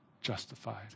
justified